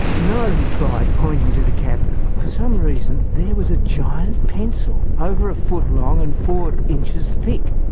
no! he cried, pointing to the cabinet. for some reason, there was a giant pencil, over a foot long and four inches thick.